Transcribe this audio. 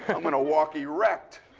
i'm gonna walk erect.